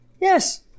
Yes